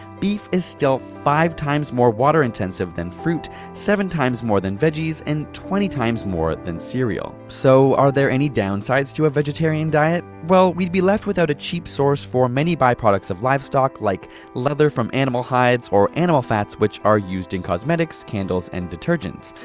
beef is still five times more water intensive than fruit, seven times more than veggies and twenty times more than cereal. so are there any downsides to a vegetarian diet? well, we'd be left without a cheap source for many byproducts of livestock, like leather from animal hides, or animal fats which are used in cosmetics, candles and detergents.